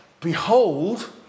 Behold